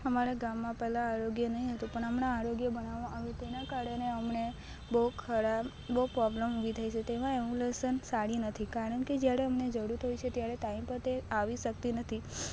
અમારા ગામમાં પહેલાં આરોગ્ય નહીં હતું પણ હમણાં આરોગ્ય બનાવવામાં આવ્યું તેના કારણે અમને બહુ ખરાબ બહુ પોબ્લેમ ઊભી થઈ જતી હોઈ ઍમ્બ્યુલસન્સ સારી નથી કારણકે જ્યારે અમને જરૂરત હોય છે ત્યારે ટાઈમ પર તે આવી શકતી નથી